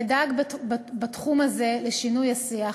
אדאג בתחום הזה לשינוי השיח,